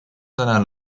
seiner